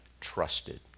trusted